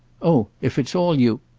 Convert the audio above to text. oh if it's all you!